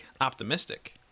optimistic